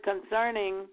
concerning